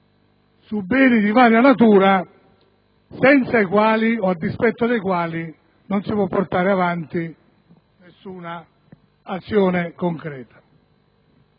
e beni di varia natura senza i quali o a dispetto dei quali non si può portare avanti nessuna azione concreta.